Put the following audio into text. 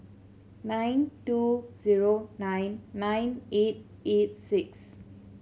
nine two zero nine nine eight eight six